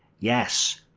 yes,